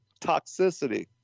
toxicity